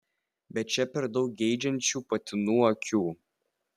bet čia per daug geidžiančių patinų akių